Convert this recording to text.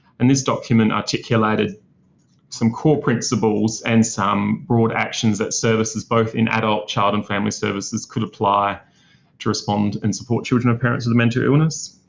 and this document articulated some core principles and some broad actions that services, both in adult, child and family services, could apply to respond and support children of parents with a mental illness.